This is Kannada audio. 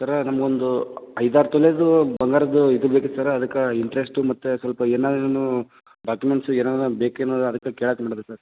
ಸರ ನಮಗೊಂದು ಐದು ಆರು ತೊಲೆದ್ದು ಬಂಗಾರದ್ದು ಇದು ಬೇಕಿತ್ತು ಸರ ಅದಕ್ಕೆ ಇಂಟರೆಸ್ಟು ಮತ್ತು ಸ್ವಲ್ಪ ಏನಾರುನೂ ಡಾಕ್ಯುಮೆಂಟ್ಸ್ ಏನಾರ ಬೇಕಾ ಏನಾರೂ ಅದಕ್ಕೆ ಕೇಳಾಕ್ಕೆ ಮಾಡಿದೆ ಸರ್